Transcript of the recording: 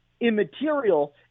immaterial